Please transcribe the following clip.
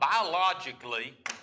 Biologically